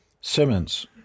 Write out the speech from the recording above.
Simmons